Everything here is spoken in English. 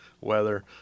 weather